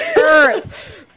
earth